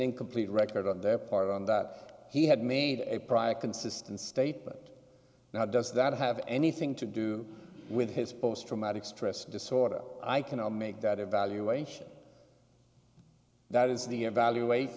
incomplete record on their part on that he had made a prior consistent state but now does that have anything to do with his post traumatic stress disorder i cannot make that evaluation that is the evaluate